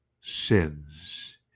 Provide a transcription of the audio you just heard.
sins